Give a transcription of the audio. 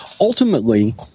Ultimately